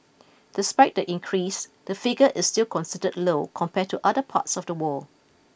despite the increase the figure is still considered low compared to other parts of the world